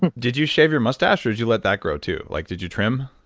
and did you shave your mustache, or did you let that grow too? like did you trim?